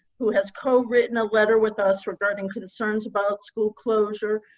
who has co-written a letter with us regarding concerns about school closure,